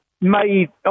made